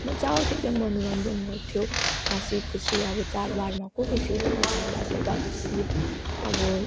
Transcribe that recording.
मजा आउँथ्यो एकदम मनोरन्जन गर्थ्यो हाँसी खुसी अब चाडबाडमा को खुसी हुँदैन चाडबाड आउँदा खुसी अब